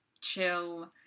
chill